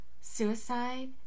Suicide